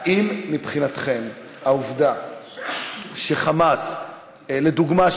האם מבחינתכם העובדה ש"חמאס" לדוגמה,